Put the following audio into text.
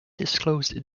disclosed